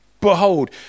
behold